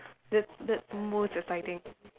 that's that's most exciting